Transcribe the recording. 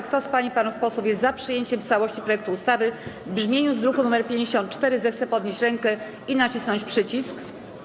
Kto z pań i panów posłów jest za przyjęciem w całości projektu ustawy w brzmieniu z druku nr 54, zechce podnieść rękę i nacisnąć przycisk.